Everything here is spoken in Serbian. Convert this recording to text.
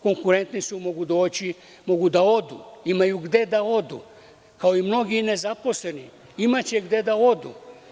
Konkludentni su, mogu doći, mogu da odu, imaju gde da odu, kao i mnogi nezaposleni, imaće gde da odu.